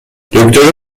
دکتر